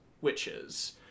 witches